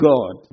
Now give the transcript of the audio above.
God